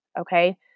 Okay